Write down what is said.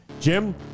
Jim